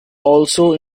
also